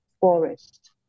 forest